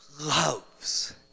loves